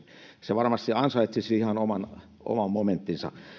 se varmasti ansaitsisi ihan oman oman momenttinsa